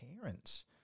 parents